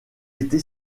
été